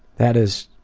that is.